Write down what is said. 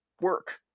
work